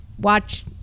watch